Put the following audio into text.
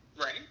Right